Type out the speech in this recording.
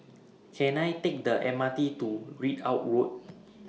Can I Take The M R T to Ridout Road